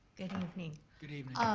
good evening. good evening.